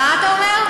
מה אתה אומר?